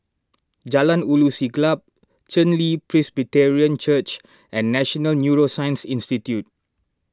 Jalan Ulu Siglap Chen Li Presbyterian Church and National Neuroscience Institute